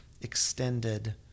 extended